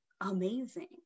amazing